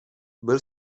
byl